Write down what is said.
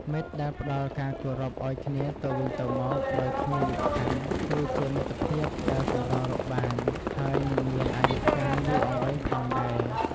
មិត្តដែលផ្តល់ការគោរពឱ្យគ្នាទៅវិញទៅមកដោយគ្មានលក្ខខណ្ឌគឺជាមិត្តភាពដែលកម្ររកបាន ហើយនិងមានអាយុកាលយូរអង្វែងផងដែរ។